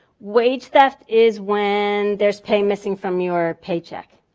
wage theft is when there's pay missing from your paycheck.